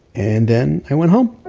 and then, i went home.